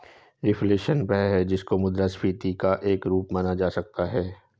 reflation वह है जिसको मुद्रास्फीति का एक रूप माना जा सकता है